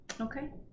Okay